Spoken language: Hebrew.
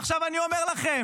ועכשיו אני אומר לכם,